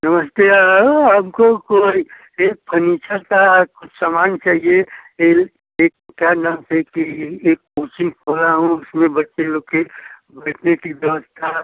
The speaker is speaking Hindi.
नमस्ते हमको कोई यह फर्नीचर का कुछ सामान चाहिए एक क्या नाम से कि एक कोचिंग खोला हूँ उसमें बच्चे लोग के बैठने की व्यवस्था